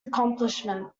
accomplishment